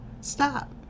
Stop